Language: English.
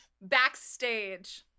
backstage